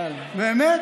באמת?